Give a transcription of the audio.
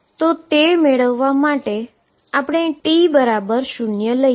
તો તે મેળવવા માટે આપણે t0 લઈએ